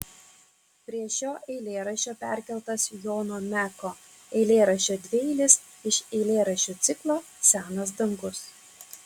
prie šio eilėraščio perkeltas jono meko eilėraščio dvieilis iš eilėraščių ciklo senas dangus